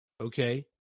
Okay